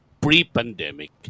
pre-pandemic